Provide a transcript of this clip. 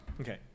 Okay